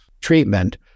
treatment